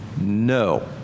No